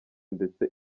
ndetse